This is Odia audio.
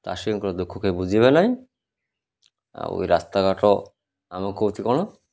ଚାଷୀଙ୍କର ଦୁଃଖ କେହି ବୁଝିବେ ନାହିଁ ଆଉ ଏଇ ରାସ୍ତାଘାଟ ଆମକୁ କହୁଛି କ'ଣ